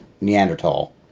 Neanderthal